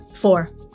Four